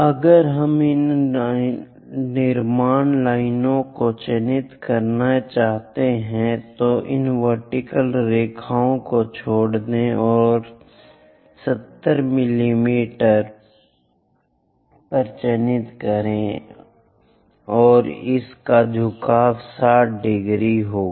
अगर हम इन निर्माण लाइनों को चिह्नित करना चाहते हैं तो इन वर्टीकल रेखाओं को छोड़ दें और तीर 70 से चिह्नित करें और दूसरा झुकाव यह है कि यह 60 है